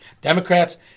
Democrats